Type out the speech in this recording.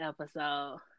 episode